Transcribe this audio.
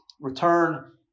return